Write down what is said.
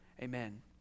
Amen